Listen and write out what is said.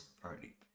party